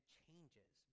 changes